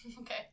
Okay